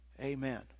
Amen